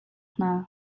hna